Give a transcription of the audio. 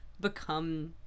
become